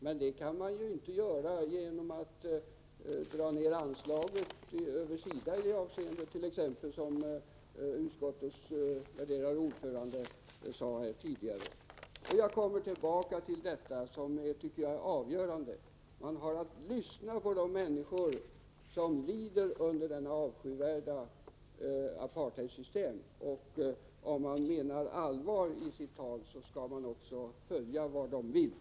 Men det kan man inte göra genom attt.ex. dra ned SIDA:s anslag i detta avseende, som utskottets värderade ordförande sade här tidigare. Jag kommer tillbaka till det som jag tycker är avgörande, nämligen att man måste lyssna på de människor som lider under detta avskyvärda apartheidsystem. Om man menar allvar med sitt tal, skall man också följa dessa människors vilja.